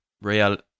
Real